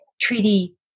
treaty